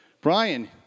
Brian